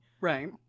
right